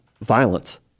violence